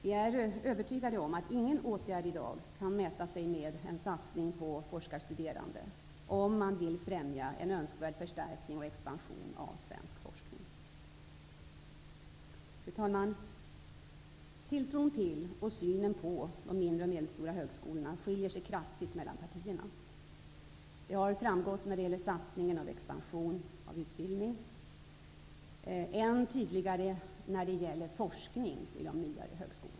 Vi är övertygade om att ingen åtgärd i dag kan mäta sig med en satsning på forskarstuderande om man vill främja en önskvärd förstärkning och expansion av svensk forskning. Fru talman! Tilltron till och synen på de mindre och medelstora högskolorna skiljer sig kraftigt åt mellan partierna. Det har framgått när det gäller satsningen på expansion av utbildning och än tydligare när det gäller forskning vid de nyare högskolorna.